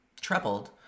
troubled